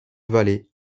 vallée